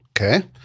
okay